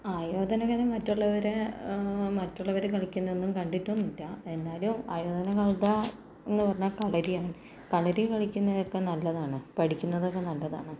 ആയോധനകല മറ്റുള്ളവര് മറ്റുള്ളവര് കളിക്കുന്നതൊന്നും കണ്ടിട്ടൊന്നുമില്ല എന്നാലും ആയോധനകല എന്ന് പറഞ്ഞാൽ കളരിയാണ് കളരി കളിക്കുന്നതൊക്കെ നല്ലതാണ് പഠിക്കുന്നതൊക്കെ നല്ലതാണ്